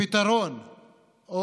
הפתרון,